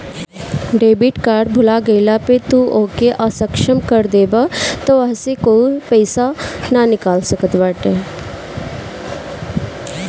debit card भूला गईला पअ तू ओके असक्षम कर देबाअ तअ केहू ओसे पईसा ना निकाल सकत बाटे